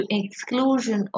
exclusion